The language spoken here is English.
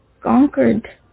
Conquered